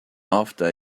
after